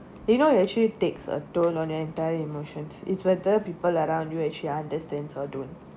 you know you actually takes a toll on your entire emotions it's whether people around you actually understands or don't